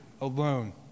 alone